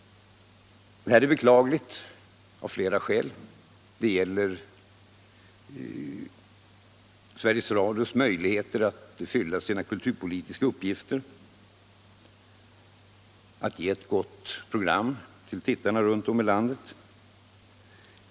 Detta är beklagligt av flera skäl. Det gälter Sveriges Radios möjligheter att fylla sina kulturpolitiska uppgifter, att ge ett gott program till tittarna runt om i landet.